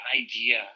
idea